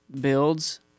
builds